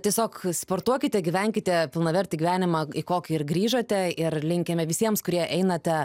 tiesiog sportuokite gyvenkite pilnavertį gyvenimą į kokį ir grįžote ir linkime visiems kurie einate